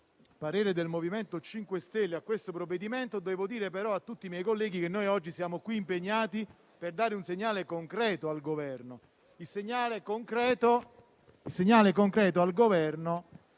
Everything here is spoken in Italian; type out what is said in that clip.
parere del MoVimento 5 Stelle al provvedimento al nostro esame, devo dire però a tutti i miei colleghi che noi oggi siamo qui impegnati per dare un segnale concreto al Governo: